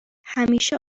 همیشه